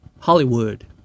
Hollywood